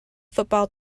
football